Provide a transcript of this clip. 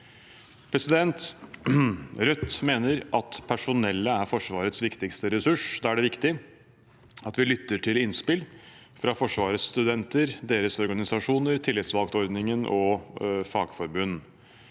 høgskole. Rødt mener at personellet er Forsvarets viktigste ressurs. Da er det viktig at vi lytter til innspill fra Forsvarets studenter, deres organisasjoner, tillitsvalgtordningen og fagforbund.